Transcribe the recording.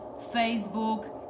Facebook